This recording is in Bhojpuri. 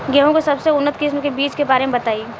गेहूँ के सबसे उन्नत किस्म के बिज के बारे में बताई?